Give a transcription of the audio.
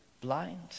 blind